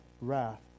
wrath